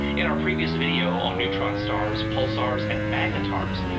in our previous video ah neutron stars, pulsars, and magnetars,